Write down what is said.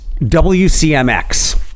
WCMX